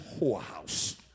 whorehouse